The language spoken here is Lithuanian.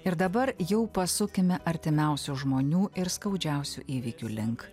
ir dabar jau pasukime artimiausių žmonių ir skaudžiausių įvykių link